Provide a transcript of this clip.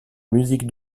musique